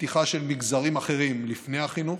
בפתיחה של מגזרים אחרים לפני החינוך,